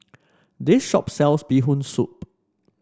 this shop sells Bee Hoon Soup